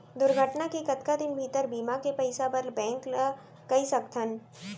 दुर्घटना के कतका दिन भीतर बीमा के पइसा बर बैंक ल कई सकथन?